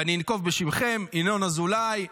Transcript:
ואני אנקוב בשמותיכם: ינון אזולאי,